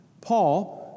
Paul